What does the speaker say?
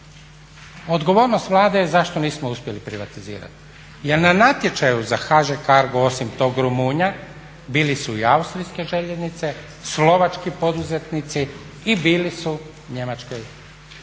odgovornost je Vlade zašto nismo uspjeli privatizirati, jer na natječaju za HŽ-Cargo osim tog Rumunja bile su i austrijske željeznice, slovački poduzetnici i bile su njemačke.